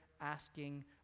asking